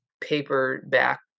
paperback